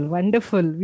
Wonderful